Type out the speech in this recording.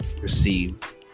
receive